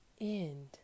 end